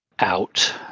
out